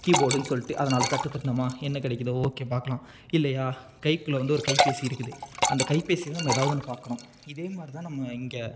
கீபோர்டுன்னு சொல்லிகிட்டு அதை நாலு தட்டு தட்டுனமா என்ன கிடைக்குதோ ஓகே பார்க்கலாம் இல்லையா கைக்குள்ளே வந்து ஒரு கைப்பேசி இருக்குது அந்த கைப்பேசியில் நம்ம எதாவது ஒன்று பார்க்குறோம் இதே மாதிரி தான் நம்ம இங்கே